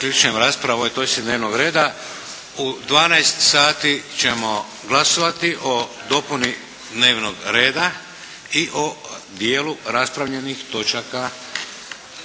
U 12 sati ćemo glasovati o dopuni dnevnog reda i o dijelu raspravljenih točaka